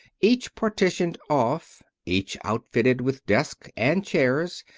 each partitioned off, each outfitted with desk, and chairs,